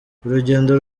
urugendo